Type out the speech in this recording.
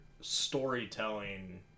storytelling